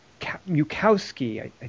Mukowski